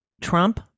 Trump